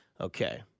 Okay